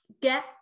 Get